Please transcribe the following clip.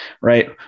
Right